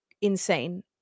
insane